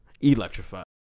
electrified